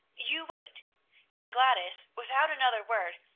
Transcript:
you wait and gladys, without another word,